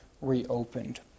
reopened